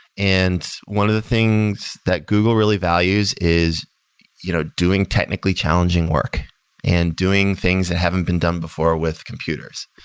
and one of the things that google really values is you know doing technically challenging work and doing things that haven't been done before with computers.